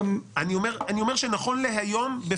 נכון להיום,